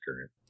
current